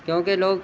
کیونکہ لوگ